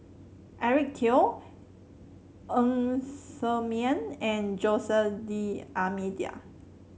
Eric Teo Ng Ser Miang and Jose D'Almeida